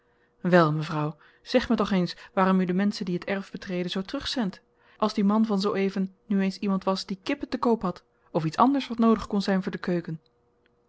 wel mevrouw zeg me toch eens waarom u de menschen die t erf betreden zoo terugzendt als die man van zoo-even nu eens iemand was die kippen te koop had of iets anders wat noodig kon zyn voor de keuken